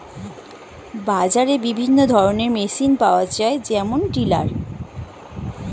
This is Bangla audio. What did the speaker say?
বাজারে বিভিন্ন ধরনের মেশিন পাওয়া যায় যেমন টিলার